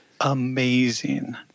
amazing